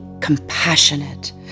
compassionate